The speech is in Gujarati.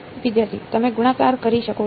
વિદ્યાર્થી તમે ગુણાકાર કરી શકો છો